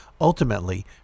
Ultimately